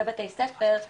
בבתי ספר,